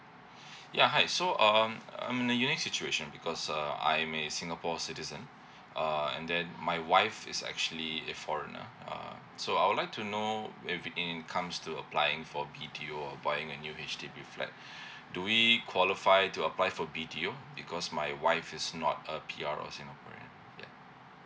ya hi so um I'm in a unique situation because uh I may a singapore citizen uh and then my wife is actually a foreigner uh so I would like to know everything comes to applying for B_T_O or buying a new H_D_B flat do we qualify to apply for B_T_O because my wife is not a P_R or a singaporean ya